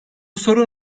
sorun